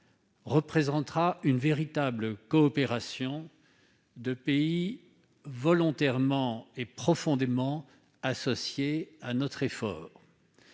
représentera une véritable coopération de pays volontairement et profondément associés à notre effort,